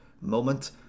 moment